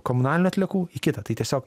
komunalinių atliekų į kitą tai tiesiog